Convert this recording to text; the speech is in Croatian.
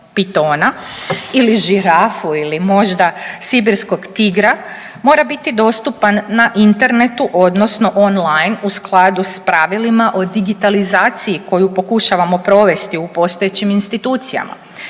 ili žirafu ili možda sibirskog tigra mora biti dostupan na internetu odnosno online u skladu s pravilima o digitalizaciji koju pokušavamo provesti u postojećim institucijama